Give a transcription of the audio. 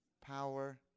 power